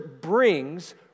brings